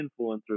influencers